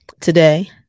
today